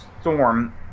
storm